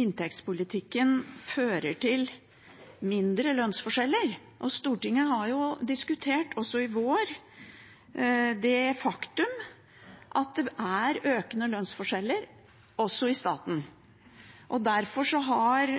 inntektspolitikken fører til mindre lønnsforskjeller. Stortinget har diskutert, også i vår, det faktum at det er økende lønnsforskjeller også i staten. Derfor har